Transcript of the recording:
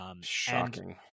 Shocking